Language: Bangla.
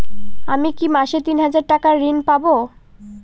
আমি কি মাসে তিন হাজার টাকার ঋণ পাবো?